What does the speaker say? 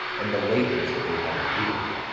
and the labours that they had endured.